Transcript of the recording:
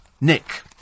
Nick